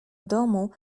domu